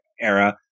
era